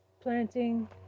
planting